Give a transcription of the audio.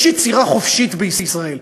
יש יצירה חופשית בישראל.